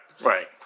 right